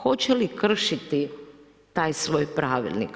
Hoće li kršiti taj svoj pravilnik?